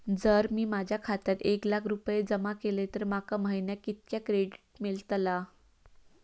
जर मी माझ्या खात्यात एक लाख रुपये जमा केलय तर माका महिन्याक कितक्या क्रेडिट मेलतला?